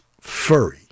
Furry